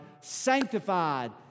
sanctified